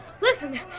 listen